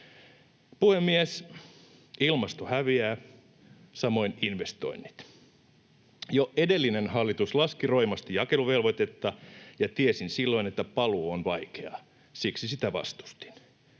Ilmasto häviää, samoin investoinnit. Jo edellinen hallitus laski roimasti jakeluvelvoitetta, ja tiesin silloin, että paluu on vaikea, siksi sitä vastustin.